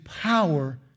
power